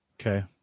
Okay